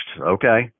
Okay